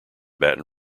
baton